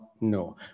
no